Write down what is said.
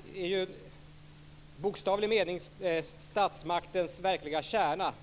Herr talman! Utövandet av det statliga våldsmonopolet är i bokstavlig mening statsmaktens verkliga kärna.